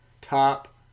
Top